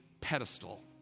pedestal